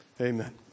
Amen